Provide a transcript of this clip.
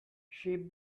shape